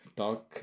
talk